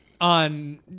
on